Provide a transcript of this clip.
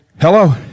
Hello